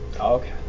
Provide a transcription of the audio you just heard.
Okay